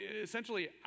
Essentially